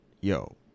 Yo